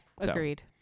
agreed